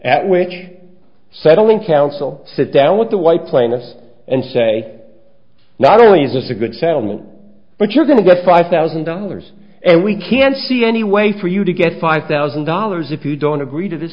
at which settling counsel sit down with the white plaintiff and say not only is this a good settlement but you're going to get five thousand dollars and we can't see any way for you to get five thousand dollars if you don't agree to this